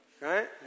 right